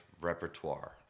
repertoire